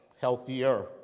healthier